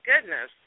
goodness